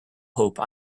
hope